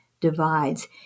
divides